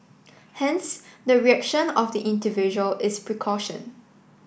hence the reaction of the individual is precaution